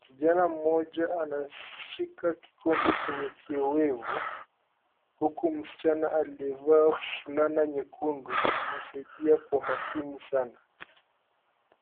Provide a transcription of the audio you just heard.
Kijana mmoja anashika kikombe chenye kiyowevu huku msichana aliyevaa fulana nyekundu akimsaidia kwa makini sana.